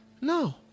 no